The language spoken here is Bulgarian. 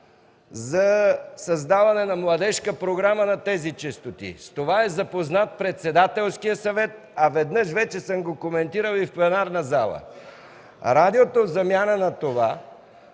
за създаване на младежка програма на тези честоти. С това е запознат Председателският съвет, а веднъж вече съм го коментирал и в пленарната зала. В замяна на това